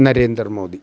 Narender Modi